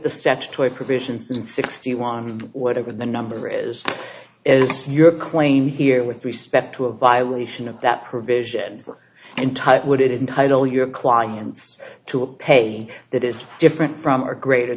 the statutory provisions in sixty one whatever the number is is your claim here with respect to a violation of that provision and type would it entitle your clients to pay that is different from or greater